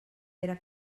pere